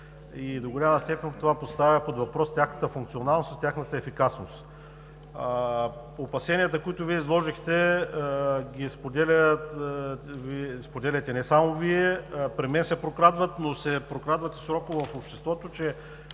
До голяма степен това поставя под въпрос тяхната функционалност и ефикасност. Опасенията, които изложихте, ги споделяте не само Вие – при мен се прокрадват, но се прокрадват и слухове в обществото, че